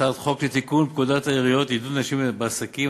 הצעת חוק לתיקון פקודת העיריות (עידוד נשים בעסקים),